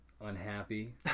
unhappy